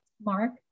Mark